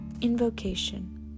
Invocation